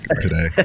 today